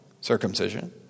circumcision